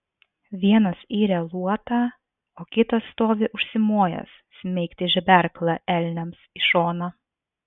vienas iria luotą o kitas stovi užsimojęs smeigti žeberklą elniams į šoną